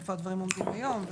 איפה הדברים עומדים היום,